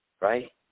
right